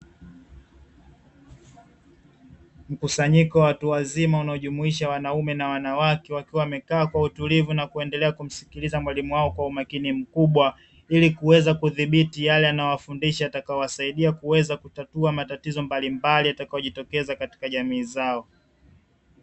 Mkusanyiko wa watu wazima, unaojumuisha wanaume na wanawake, wakiwa wamekaa kwa utulivu na kuendelea kumsikiliza mwalimu wao kwa umakini mkubwa, ili kuweza kudhibiti yale anayowafundisha, yatakayo wasaidia kuweza kutatua matatizo mbalimbali yatakayojitokeza katika jamii zao.